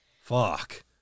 Fuck